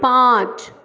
पाँच